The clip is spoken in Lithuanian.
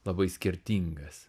labai skirtingas